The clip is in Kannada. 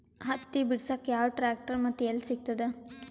ಹತ್ತಿ ಬಿಡಸಕ್ ಯಾವ ಟ್ರ್ಯಾಕ್ಟರ್ ಮತ್ತು ಎಲ್ಲಿ ಸಿಗತದ?